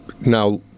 Now